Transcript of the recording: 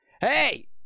Hey